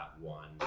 one